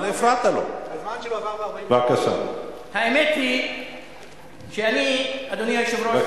האמת היא שאני, אדוני היושב-ראש,